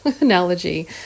analogy